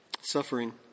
suffering